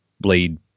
blade